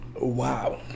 Wow